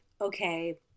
okay